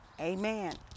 Amen